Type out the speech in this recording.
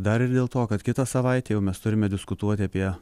dar ir dėl to kad kitą savaitę mes turime diskutuoti apie